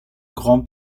grand